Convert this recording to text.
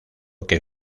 que